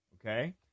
okay